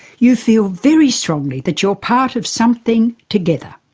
you feel very strongly that you're part of something, together.